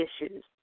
issues